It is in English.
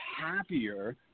happier